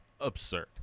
absurd